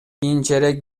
кийинчерээк